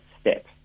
step